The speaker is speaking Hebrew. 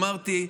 אמרתי,